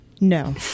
no